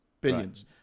billions